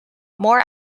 more